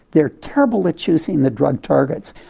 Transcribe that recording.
they're terrible at choosing the drug targets.